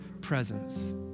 presence